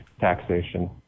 taxation